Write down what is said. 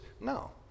No